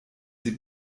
sie